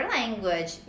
language